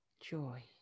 joy